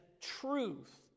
truth